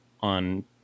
on